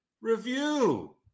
review